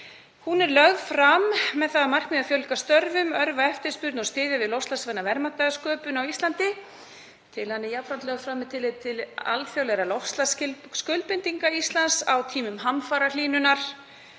Hún er lögð fram með það að markmiði að fjölga störfum, örva eftirspurn og styðja við loftslagsvæna verðmætasköpun á Íslandi. Tillagan er jafnframt lögð fram með tilliti til alþjóðlegra loftslagsskuldbindinga Íslands á tímum hamfarahlýnunar